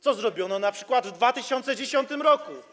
Co zrobiono np. w 2010 r.